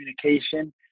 communication